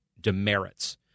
demerits